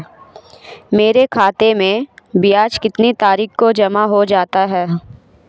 मेरे खाते में ब्याज कितनी तारीख को जमा हो जाता है?